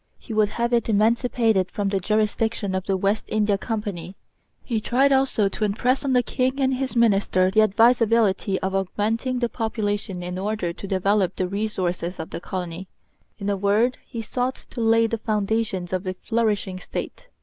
he would have it emancipated from the jurisdiction of the west india company he tried also to impress on the king and his minister the advisability of augmenting the population in order to develop the resources of the colony in a word, he sought to lay the foundations of a flourishing state.